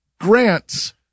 grants